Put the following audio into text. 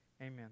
Amen